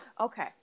Okay